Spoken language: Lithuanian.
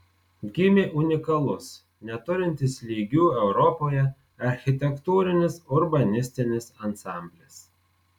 gimė unikalus neturintis lygių europoje architektūrinis urbanistinis ansamblis